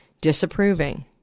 disapproving